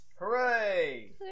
Hooray